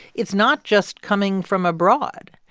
it's not just coming from abroad.